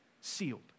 sealed